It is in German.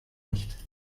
nicht